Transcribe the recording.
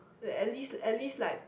at least at least like